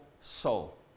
soul